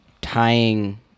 tying